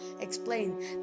explain